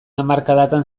hamarkadatan